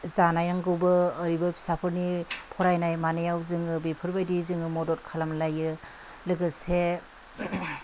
जानांगौबो ओरैबो फिसाफोरनि फरायनाय मानायाव जोङो बेफोरबायदि जोङो मदद खालामलायो लोगोसे